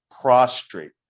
prostrate